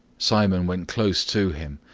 simon went close to him,